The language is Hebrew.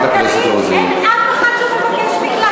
כי רק, אין אף אחד שמבקש מקלט?